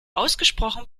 ausgesprochen